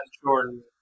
Jordan